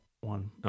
one